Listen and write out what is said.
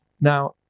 Now